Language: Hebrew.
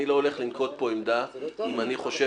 אני לא הולך לנקוט פה עמדה אם אני חושב